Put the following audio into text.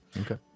Okay